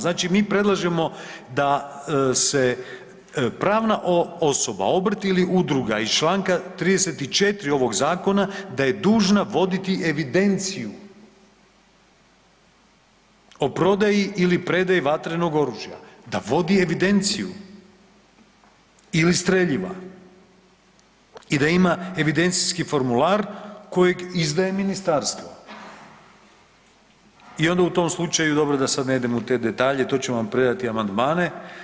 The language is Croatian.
Znači mi predlažemo da se pravna osoba, obrt ili udruga iz čl. 34. ovog zakona da je dužna voditi evidenciju o prodaji ili predaji vatrenog oružja, da vodi evidenciju ili streljiva i da ima evidencijski formular kojeg izdaje ministarstvo i onda u tom slučaju, dobro da sad ne idem u te detalje, to ćemo predati amandmane.